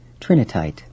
trinitite